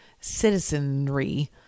citizenry